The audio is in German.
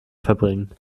verbringen